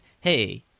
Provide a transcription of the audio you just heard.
hey